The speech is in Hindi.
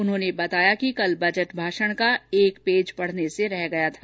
उन्होंने बताया कि कल बजट भाषण का एक पेज पढ़ने से रह गया था